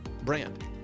brand